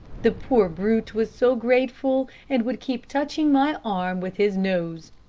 the poor brute was so grateful and would keep touching my arm with his nose.